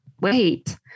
wait